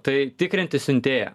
tai tikrinti siuntėją